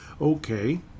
Okay